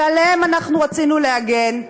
ועליהם אנחנו רצינו להגן.